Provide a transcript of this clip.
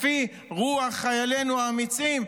לפי רוח חיילינו האמיצים,